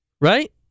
right